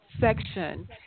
section